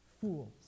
fools